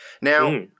Now